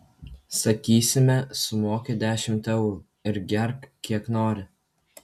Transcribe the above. sakysime sumoki dešimt eurų ir gerk kiek nori